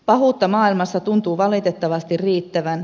pahuutta maailmassa tuntuu valitettavasti riittävän